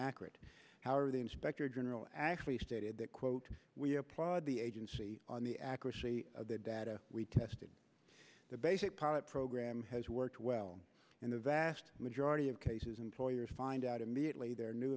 accurate however the inspector general actually stated that quote we applaud the agency on the accuracy of the data we tested the basic pilot program has worked well in the vast majority of cases employers find out immediately their new